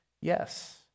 Yes